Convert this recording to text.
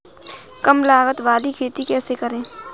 कम लागत वाली खेती कैसे करें?